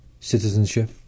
Citizenship